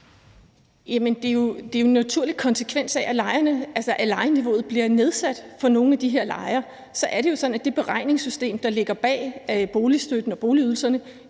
det er jo en naturlig konsekvens af, at lejeniveauet bliver nedsat for nogle af de her lejere. Så er det jo sådan, at det beregningssystem, der ligger bag boligstøtten og boligydelserne,